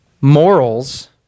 morals